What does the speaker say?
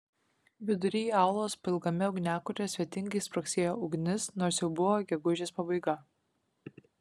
vidury aulos pailgame ugniakure svetingai spragsėjo ugnis nors jau buvo gegužės pabaiga